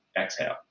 exhale